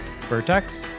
Vertex